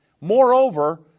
Moreover